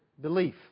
belief